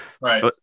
right